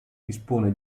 dispone